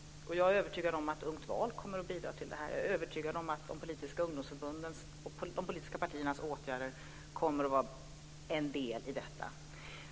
Jag är övertygad om att Ungt val kommer att bidra till det. Jag är övertygad om att de politiska ungdomsförbundens och de politiska partiernas åtgärder kommer att vara en del i detta.